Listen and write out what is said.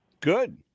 good